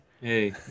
Hey